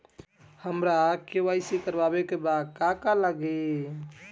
हमरा के.वाइ.सी करबाबे के बा का का लागि?